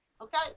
Okay